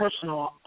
personal